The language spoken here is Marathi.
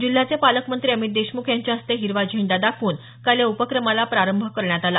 जिल्ह्याचे पालकमंत्री अमित देशम्ख यांच्याहस्ते हिरवा झेंडा दाखवून काल या उपक्रमाला प्रारंभ करण्यात आला